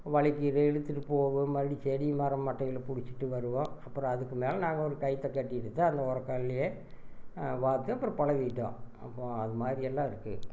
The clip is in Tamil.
வழுக்கி இழுத்துனு போகும் மறுபடி செடி மரம் மட்டைகளை பிடிச்சிட்டு வருவோம் அப்றம் அதுக்குமேல் நாங்கள் ஒரு கயற்றை கட்டி இழுத்து அதில் ஒரகல்லியே பார்த்து அப்றம் பழகிக்கிட்டோம் அப்றம் அது மாதிரியெல்லாம் இருக்குது